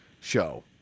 show